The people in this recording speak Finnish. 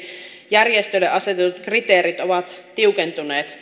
järjestöille asetetut kriteerit ovat tiukentuneet